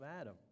Adam